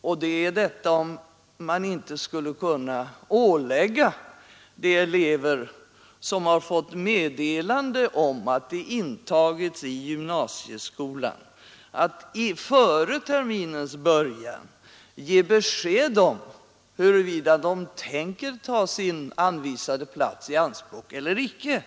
och det är om man inte skulle kunna ålägga de elever som har fått meddelande om att de intagits i gymnasieskolan att före terminens början ge besked om huruvida de tänker ta sin anvisade plats i anspråk eller icke.